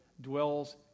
dwells